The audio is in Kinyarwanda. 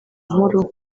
nk’uru